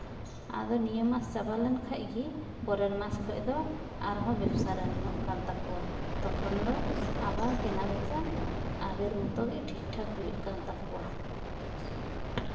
ᱟᱫᱚ ᱱᱤᱭᱟᱹ ᱢᱟᱥ ᱪᱟᱵᱟ ᱞᱮᱱ ᱠᱷᱟᱡ ᱜᱤ ᱯᱚᱨᱮᱨ ᱢᱟᱥ ᱠᱷᱚᱡ ᱫᱚ ᱟᱨᱦᱚᱸ ᱵᱮᱵᱥᱟ ᱨᱟᱱᱤᱝᱚᱜ ᱠᱟᱱ ᱛᱟᱠᱚᱣᱟ ᱛᱚᱠᱷᱚᱱ ᱫᱚ ᱟᱵᱟᱨ ᱠᱮᱱᱟ ᱵᱮᱪᱟ ᱟᱜᱮᱨ ᱢᱚᱛᱚ ᱜᱮ ᱴᱷᱤᱠᱼᱴᱷᱟᱠ ᱦᱩᱭᱩᱜ ᱠᱟᱱ ᱛᱟᱠᱚᱣᱟ